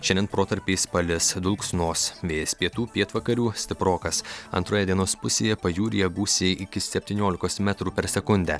šiandien protarpiais palis dulksnos vėjas pietų pietvakarių stiprokas antroje dienos pusėje pajūryje gūsiai iki septyniolikos metrų per sekundę